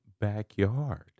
backyard